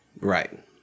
right